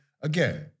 again